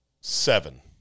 seven